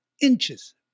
inches